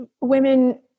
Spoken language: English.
women